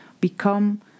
become